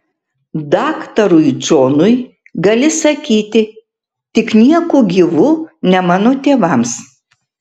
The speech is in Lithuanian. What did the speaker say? daktarui džonui gali sakyti tik nieku gyvu ne mano tėvams